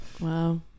Wow